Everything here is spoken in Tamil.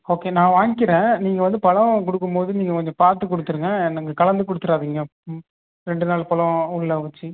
ஓகே நான் வாங்கிறேன் நீங்கள் வந்து பழம் கொடுக்கும் போது நீங்கள் கொஞ்சோம் பார்த்து கொடுத்துருங்க என்னங் கலந்து கொடுத்ராதிங்க ம் ரெண்டு நாள் பழம் உள்ளே வச்சு